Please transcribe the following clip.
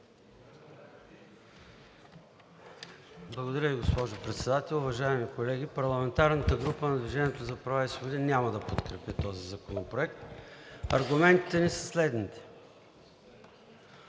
Благодаря Ви, госпожо Председател. Уважаеми колеги! Парламентарната група на „Движение за права и свободи“ няма да подкрепи този законопроект. Аргументите ни са следните.